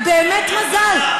איזה מזל, באמת מזל.